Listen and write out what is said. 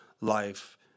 life